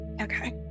Okay